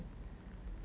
full time ah